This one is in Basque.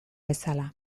bezala